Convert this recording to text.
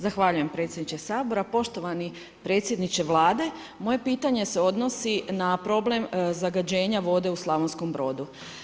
Zahvaljujem predsjedniče Sabora, poštovani predsjedniče Vlade, moje pitanje se odnosi na problem zagađenja vode u Slavonskom Brodu.